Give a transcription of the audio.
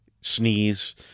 sneeze